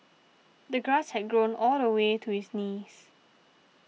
the grass had grown all the way to his knees